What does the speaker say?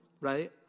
right